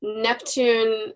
Neptune